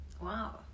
wow